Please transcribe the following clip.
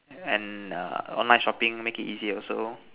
and err online shopping make it easy also